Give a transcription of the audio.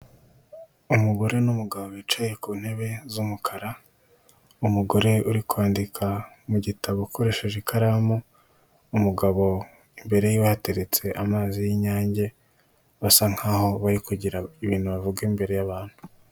Umugore n'umugabo bicaye ku ntebe z'umukara, umugore uri kwandika mu gitabo akoresheje ikaramu, umugabo imbere yiwe hateretse amazi y'inyange basa nkaho bari kugira ibintu bavuga imbere y'abantu.